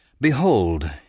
Behold